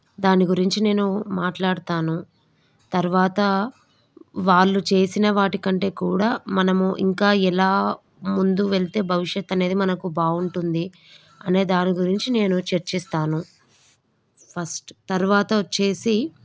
దాని గురించి నేను మాట్లాడతాను తర్వాత వాళ్ళు చేసిన వాటి కంటే కూడా మనము ఇంకా ఎలా ముందు వెళితే భవిష్యత్ అనేది మనకు బాగుంటుంది అనే దాని గురించి నేను చర్చిస్తాను ఫస్ట్ తర్వాత వచ్చి